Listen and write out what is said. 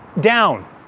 down